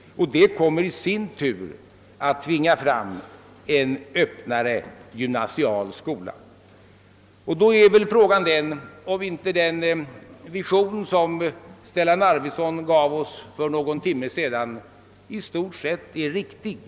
Det kommer i sin tur att tvinga fram en öppnare gymnasial skola. Frågan är därför om inte Stellan Arvidsons vision sådan han för någon timme sedan framställde den är riktig.